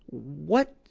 what?